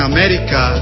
America